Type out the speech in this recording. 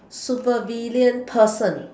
super villain person